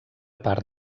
part